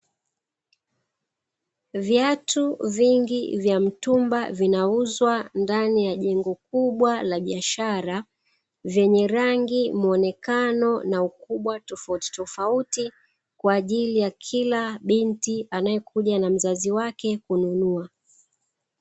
Viatu vingi vya mtumba vinuzwa ndani ya jengo kubwa la biashara, vyenye rangi, muonekano na ukubwa tofautitofauti kwa ajili ya kila binti anayekuja na mzazi wake kununua.